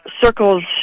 circles